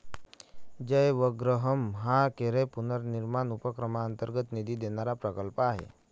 जयवग्रहम हा केरळ पुनर्निर्माण उपक्रमांतर्गत निधी देणारा प्रकल्प आहे